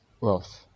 wealth